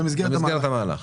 אבל לפני כן נירה שפק,